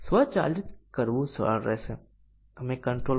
તો સાચું કે ખોટું તે સાચું છે